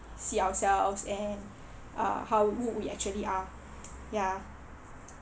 see ourselves and err how wo~ we actually are ya